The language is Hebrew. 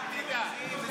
אל תדאג, אל תדאג.